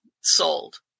sold